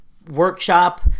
Workshop